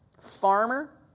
farmer